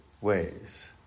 ways